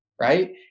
right